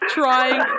trying